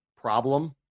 problem